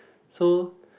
so